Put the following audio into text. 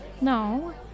No